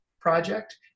project